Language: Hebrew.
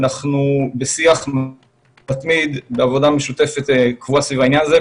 אנחנו בשיח מתמיד ובעבודה משותפת קבוע סביב העניין הזה,